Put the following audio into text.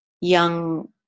young